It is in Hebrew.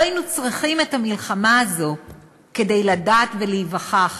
לא היינו צריכים את המלחמה הזאת כדי לדעת ולהיווכח